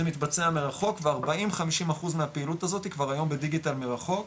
מתבצע מרחוק ו-40-50% מהפעילות הזאתי כבר היום בדיגיטל מרחוק.